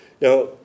Now